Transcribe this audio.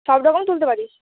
সব রকম তুলতে পারিস